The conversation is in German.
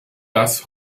das